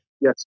Yes